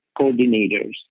coordinators